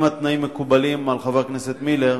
אם התנאים מקובלים על חבר הכנסת מילר,